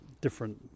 different